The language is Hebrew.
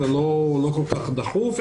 זה לא כל כך דחוף,